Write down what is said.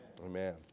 Amen